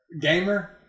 Gamer